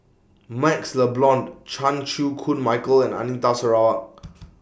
MaxLe Blond Chan Chew Koon Michael and Anita Sarawak